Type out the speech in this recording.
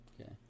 Okay